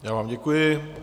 Já vám děkuji.